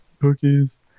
Cookies